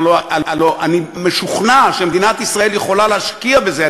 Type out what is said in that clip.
הלוא אני משוכנע שמדינת ישראל יכולה להשקיע בזה.